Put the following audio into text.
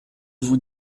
vous